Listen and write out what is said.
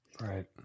Right